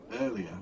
earlier